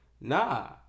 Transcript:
nah